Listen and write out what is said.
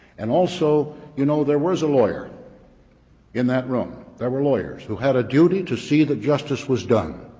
and also you know there was a lawyer in that room there were lawyers who had a duty to see that justice was done.